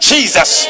Jesus